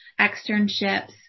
externships